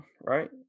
right